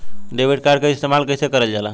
Debit card के इस्तेमाल कइसे करल जाला?